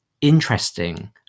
interesting